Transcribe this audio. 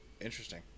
interesting